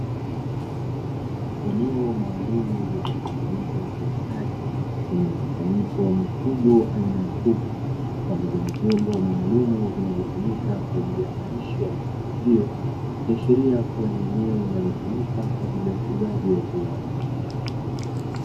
Eneo maalumu lililotengenezwa kwa ustadi, lenye mkusanyiko wa mifugo aina ya kuku pamoja na vyombo maalumu vinavyotumika kwa ajili ya malisho ya mifugo hiyo, ikiashiria kuwa ni eneo linalotumika kwa ajili ya ufugaji wa viwanda.